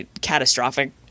catastrophic